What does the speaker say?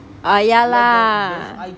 ah yeah lah